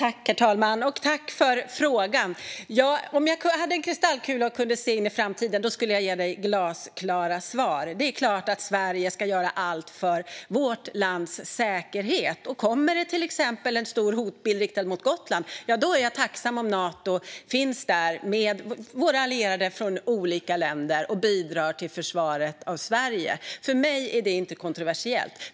Herr talman! Tack för frågan, Hanna Gunnarsson! Om jag hade en kristallkula och kunde se in i framtiden skulle jag ge dig glasklara svar. Det är klart att vi i Sverige ska göra allt för vårt lands säkerhet, och kommer det till exempel en stor hotbild riktad mot Gotland är jag tacksam om Nato finns där, med allierade från olika länder, och bidrar till försvaret av Sverige. För mig är det inte kontroversiellt.